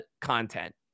content